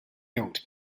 built